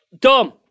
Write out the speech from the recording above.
Tom